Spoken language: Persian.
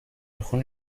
خون